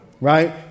Right